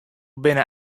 binne